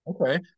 Okay